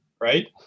right